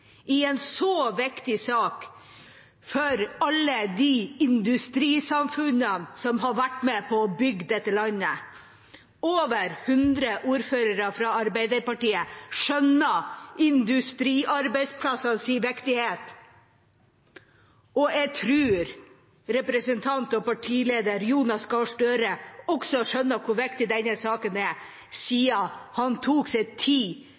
i en så viktig sak for alle de industrisamfunnene som har vært med på å bygge dette landet, hvor over 100 ordførere fra Arbeiderpartiet skjønner industriarbeidsplassers viktighet. Jeg tror representant og partileder Jonas Gahr Støre også skjønner hvor viktig denne saken er, siden han tok seg tid